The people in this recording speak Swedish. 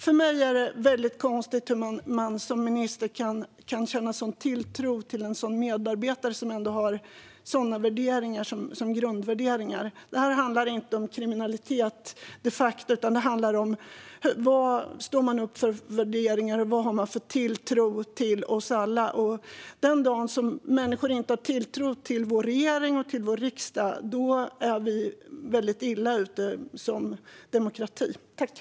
För mig är det väldigt konstigt hur man som minister kan känna sådan tilltro till en medarbetare som har sådana värderingar som grundvärderingar. Det här handlar de facto inte om kriminalitet, utan det handlar om vilka värderingar man står upp för och tilltron till oss alla. Den dagen då människor inte har tilltro till vår regering och till vår riksdag är vi väldigt illa ute som demokrati.